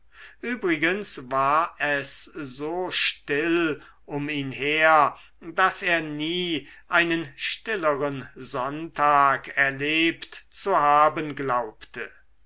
übrigens war es so still um ihn her daß er nie einen stilleren sonntag erlebt zu haben glaubte